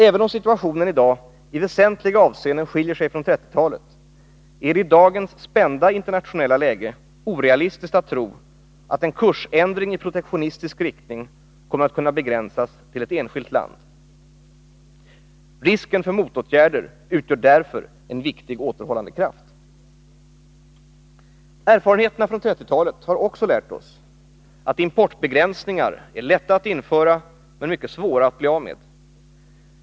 Även om situationen i dag i väsentliga avseenden skiljer sig från 1930-talet, är det i dagens spända internationella läge orealistiskt att tro att en kursändring i protektionistisk riktning kommer att kunna begränsas till ett enskilt land. Risken för motåtgärder utgör därför en viktig återhållande kraft. Erfarenheterna från 1930-talet har också lärt oss att importbegränsningar ärlätta att införa men mycket svåra att bli av med.